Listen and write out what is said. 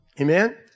Amen